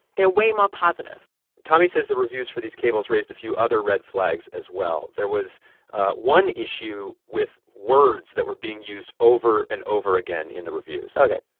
they're way more positive tommy says the reviews for these cables raised a few other red flags as well. there was one issue with words that were being used over and over again in the reviews ok,